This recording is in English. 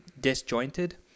disjointed